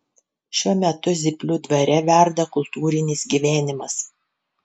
šiuo metu zyplių dvare verda kultūrinis gyvenimas